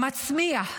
המצמיח,